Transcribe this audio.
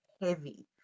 heavy